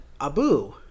Abu